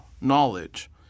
knowledge